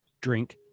drink